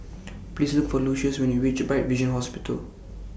Please Look For Lucious when YOU REACH Bright Vision Hospital